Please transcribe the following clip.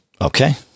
Okay